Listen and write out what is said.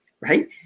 right